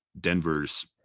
denver's